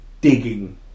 digging